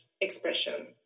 expression